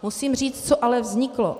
Musím říct, co ale vzniklo.